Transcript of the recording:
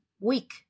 week